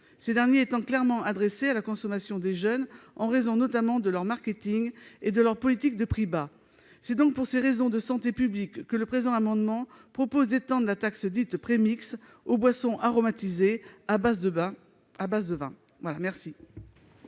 ces derniers étant clairement adressés à la consommation des jeunes en raison notamment de leur marketing et de la politique de prix bas. C'est pour ces raisons de santé publique que le présent amendement prévoit d'étendre la taxe dite prémix aux boissons aromatisées à base de vin.